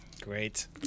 Great